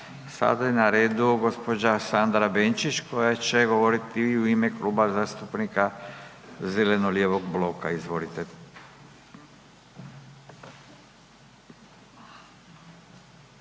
Sada je na redu gospođa Sandra Benčić koja će govoriti u ime Kluba zastupnika zeleno-lijevog bloka. Izvolite.